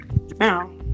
now